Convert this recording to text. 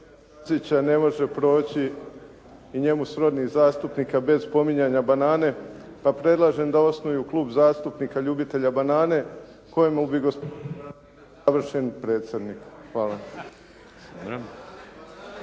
ne može proći i njemu srodnih zastupnika bez spominjanja banane, pa predlažem da osnuju klub zastupnika ljubitelja banane, kojim bi gospodin Stazić bio savršen predsjednik. Hvala.